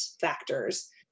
factors